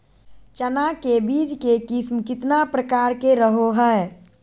चना के बीज के किस्म कितना प्रकार के रहो हय?